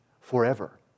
forever